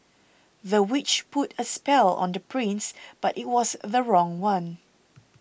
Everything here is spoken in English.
the witch put a spell on the prince but it was the wrong one